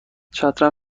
چترم